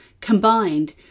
combined